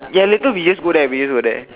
ya later we just go there we just go there